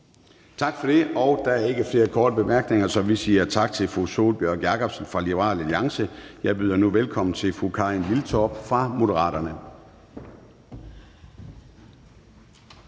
Gade): Der er ikke flere korte bemærkninger, så vi siger tak til fru Sólbjørg Jakobsen fra Liberal Alliance. Jeg byder nu velkommen til fru Karin Liltorp fra Moderaterne.